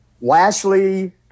Lashley